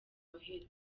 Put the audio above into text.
noheli